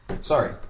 sorry